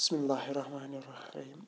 بِسمِ اللہ الرحمن الرحیم